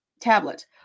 tablet